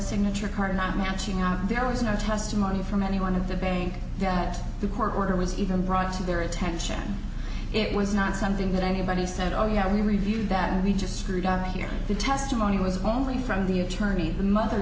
signature card not matching out there is not testimony from any one of the bank that the court order was even brought to their attention it was not something that anybody said oh yeah we reviewed that we just screwed up here the testimony was only from the attorney the mother